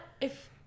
if-